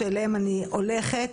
שאליהם אני הולכת.